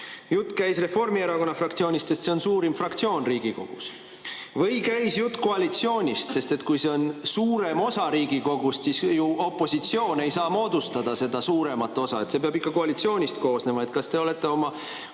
jutt käis Reformierakonna fraktsioonist, sest see on suurim fraktsioon Riigikogus, või käis jutt koalitsioonist? Kui see on suurem osa Riigikogust, siis opositsioon ei saa ju moodustada seda suuremat osa, see peab ikka koalitsioonist koosnema. Kas te olete oma